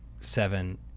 seven